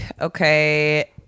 okay